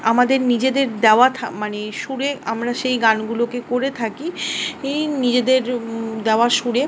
আমাদের নিজেদের দেওয়া মানে সুরে আমরা সেই গানগুলোকে করে থাকি নিজেদের দেওয়া সুরে